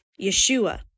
Yeshua